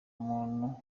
muntu